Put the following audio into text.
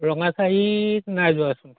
ৰঙাচাহিত নাইযোৱা এথোন